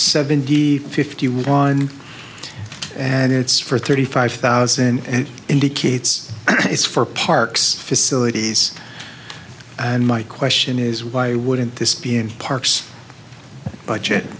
seven d fifty one and it's for thirty five thousand and indicates it's for parks facilities and my question is why wouldn't this be in parks budget